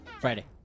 Friday